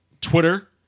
Twitter